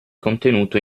contenuto